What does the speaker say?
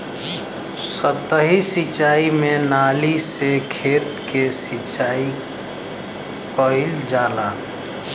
सतही सिंचाई में नाली से खेत के सिंचाई कइल जाला